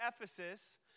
Ephesus—